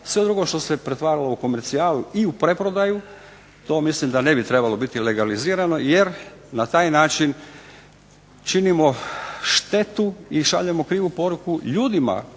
Sve drugo što se pretvaralo u komercijalu i u preprodaju to mislim da ne bi trebalo biti legalizirano jer na taj način činimo štetu i šaljemo krivu poruku ljudima